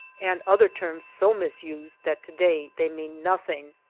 and other terms so misused that to-day they mean nothing.